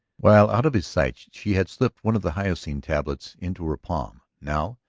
while out of his sight she had slipped one of the hyoscine tablets into her palm now,